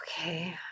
Okay